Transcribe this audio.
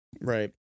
Right